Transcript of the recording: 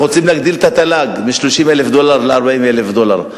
אנחנו רוצים להגדיל את התל"ג מ-30,000 דולר ל-40,000 דולר.